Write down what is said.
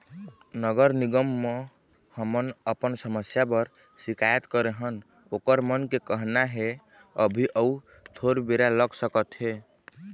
नगर निगम म हमन अपन समस्या बर सिकायत करे हन ओखर मन के कहना हे अभी अउ थोर बेरा लग सकत हे